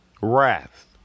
wrath